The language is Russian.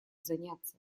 заняться